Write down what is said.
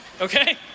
okay